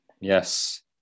Yes